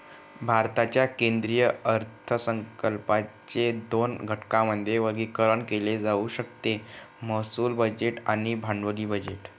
भारताच्या केंद्रीय अर्थसंकल्पाचे दोन घटकांमध्ये वर्गीकरण केले जाऊ शकते महसूल बजेट आणि भांडवली बजेट